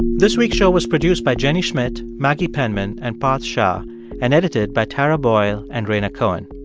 this week's show was produced by jenny schmidt, maggie penman and parth shah and edited by tara boyle and rhaina cohen.